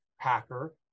Packer